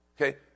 Okay